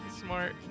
smart